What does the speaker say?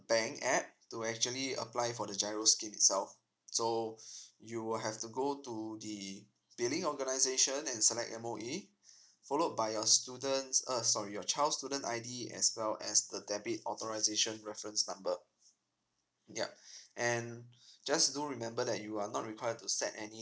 bank app to actually apply for the giro scheme itself so you will have to go to the billing organisation and select M_O_E followed by your student uh sorry your child's student I_D as well as the debit authorisation reference number ya and just do remember that you are not required to set any